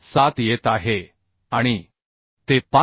7 येत आहे आणि ते 5